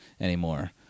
anymore